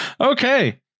Okay